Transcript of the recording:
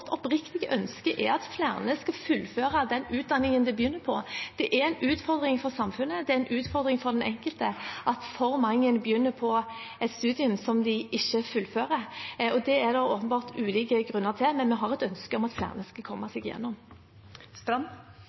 utdanningen de begynner på. Det er en utfordring for samfunnet og den enkelte at for mange begynner på et studium som de ikke fullfører. Det er det ulike grunner til, men vi har et ønske om at flere skal komme seg igjennom.